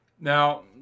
Now